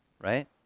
right